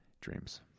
dreams